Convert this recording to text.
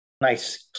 nice